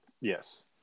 Yes